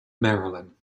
marilyn